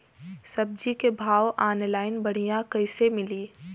सब्जी के भाव ऑनलाइन बढ़ियां कइसे मिली?